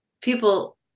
People